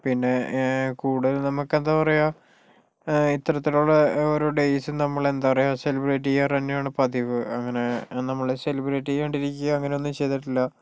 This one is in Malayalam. പിന്നെ കൂടുതല് നമുക്കെന്താ പറയുക ഇത്തരത്തിലുള്ള ഓരോ ഡേയ്സ് നമ്മളെന്താ പറയുക സെലിബ്രേറ്റ് ചെയ്യാറ് തന്നെയാണ് പതിവ് അങ്ങനെ നമ്മള് സെലിബ്രേറ്റ് ചെയ്യാണ്ടിരിക്കുക അങ്ങനെ ഒന്നും ചെയ്തിട്ടില്ല